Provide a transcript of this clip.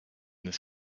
this